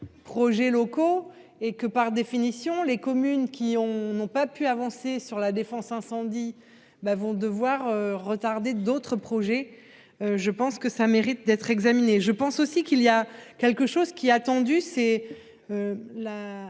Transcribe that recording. projets locaux et que, par définition, les communes qui ont, n'ont pas pu avancer sur la défense incendie ben vont devoir retarder d'autres projets. Je pense que ça mérite d'être examinée. Je pense aussi qu'il y a quelque chose qui attendu c'est. La